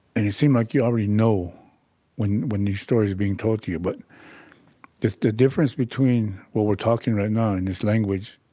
and you seem like you already know when when these stories are being told to you. but the the difference between what we're talking right now in this language,